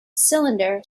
cylinder